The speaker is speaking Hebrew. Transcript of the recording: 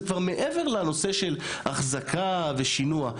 זה כבר מעבר לנושא של החזקה ושינוע.